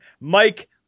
Mike